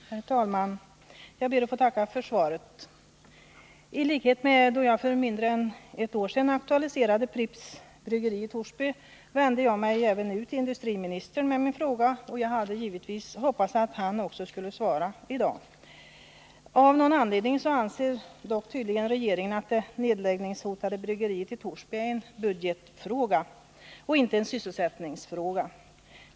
Herr talman! Jag ber att få tacka för svaret. Liksom då jag för mindre än ett år sedan aktualiserade Pripps bryggeri i Torsby vände jag mig även denna gång till industriministern med min fråga, och jag hade givetvis hoppats att också han i dag skulle besvara den. Men av någon anledning anser tydligen regeringen att frågan om det nedläggningshotade bryggeriet i Torsby är en budgetfråga och inte en sysselsättningsfråga.